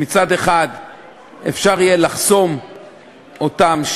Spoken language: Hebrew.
שמצד אחד יהיה אפשר לחסום אותם,